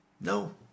no